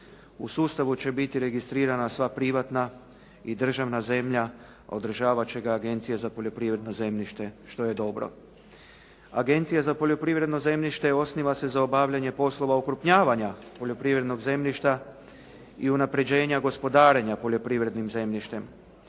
U sustavu će biti registrirana sva privatna i državna zemlja, a održavat će ga Agencija za poljoprivredno zemljište, što je dobro. Agencija za poljoprivredno zemljište osniva se za obavljanje poslova okrupnjavanja poljoprivrednog zemljišta i unapređenja gospodarenja poljoprivrednim zemljištem.